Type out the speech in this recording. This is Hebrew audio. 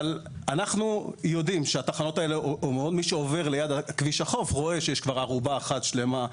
מי שעובר ליד כביש החוף רואה שיש כבר ארובה אחת שלמה,